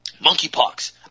monkeypox